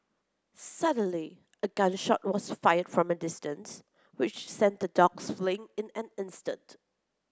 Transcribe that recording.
suddenly a gun shot was fired from a distance which sent the dogs fleeing in an instant